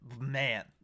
man